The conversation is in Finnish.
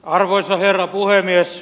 arvoisa herra puhemies